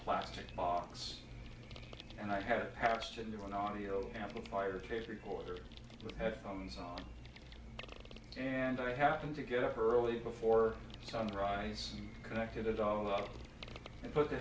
plastic box and i had passed into an audio amplifier tape recorder with headphones on and i happened to get up early before sunrise connected it all up and put the